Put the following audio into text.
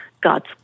God's